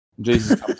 Jesus